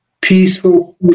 peaceful